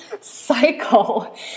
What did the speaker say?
cycle